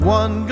one